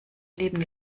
leben